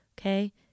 okay